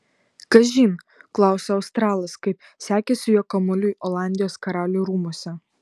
kažin klausia australas kaip sekėsi jo kamuoliui olandijos karalių rūmuose